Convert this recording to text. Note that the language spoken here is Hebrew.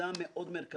ומצד שני,